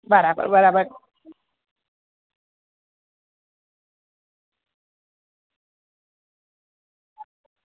બરાબર બરાબર